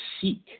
seek